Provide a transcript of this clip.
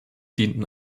dienten